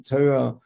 Torah